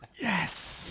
Yes